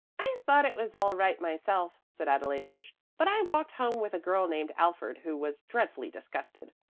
i thought it was all right myself, said adelaide rich, but i walked home with a girl named alford who was dreadfully disgusted.